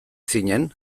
zinen